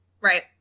Right